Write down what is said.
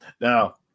Now